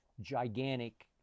gigantic